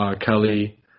Kelly